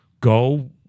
go